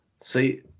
See